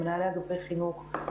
ממנהלי אגפי חינוך,